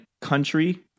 country